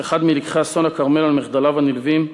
כאחד מלקחי אסון הכרמל על מחדליו הנלווים,